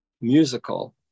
musical